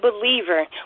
believer